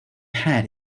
hat